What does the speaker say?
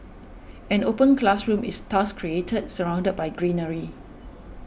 an open classroom is thus created surrounded by greenery